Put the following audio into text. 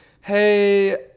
hey